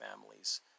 families